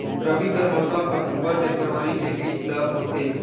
रबी कर मौसम अक्टूबर से फरवरी के बीच ल होथे